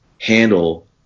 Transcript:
handle